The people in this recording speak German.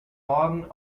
morgen